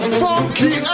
funky